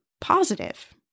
positive